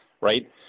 right